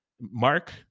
Mark